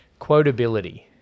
Quotability